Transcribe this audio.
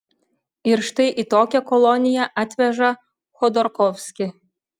ir štai į tokią koloniją atveža chodorkovskį